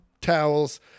towels